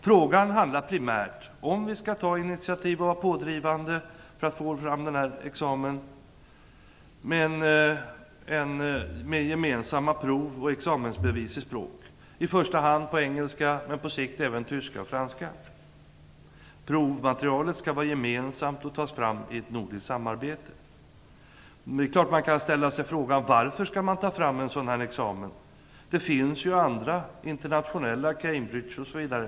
Frågan gäller primärt om vi skall ta initiativ och vara pådrivande för att få fram denna examen med gemensamma prov och examensbevis i språk - i första hand för engelska, men på sikt även för tyska och franska. Provmaterialet skall vara gemensamt och tas fram i nordiskt samarbete. Det är klart man kan ställa sig frågan varför man skall ta fram en sådan här examen. Det finns ju andra internationella examina, Cambridge osv.